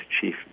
chief